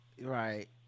Right